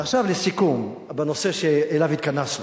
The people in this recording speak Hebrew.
ועכשיו לסיכום בנושא שאליו התכנסנו.